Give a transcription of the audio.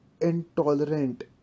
intolerant